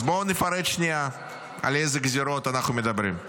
בואו נפרט שנייה על איזה גזרות אנחנו מדברים.